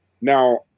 Now